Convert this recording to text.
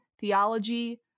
theology